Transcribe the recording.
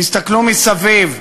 תסתכלו מסביב: